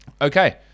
Okay